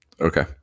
okay